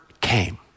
came